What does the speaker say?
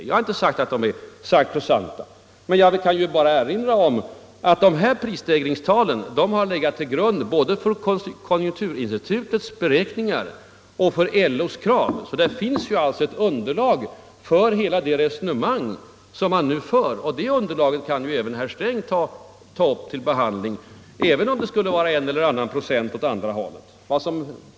Jag har inte sagt att de siffrorna är sakrosankta, men jag kan erinra om att dessa prisstegringstal har legat till grund både för konjunkturinstitutets beräkningar och för LO:s krav. Det underlaget kan också herr Sträng ta upp till be handling, även om en eller annan procent får justeras åt andra hållet.